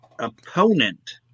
opponent